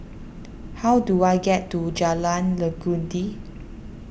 how do I get to Jalan Legundi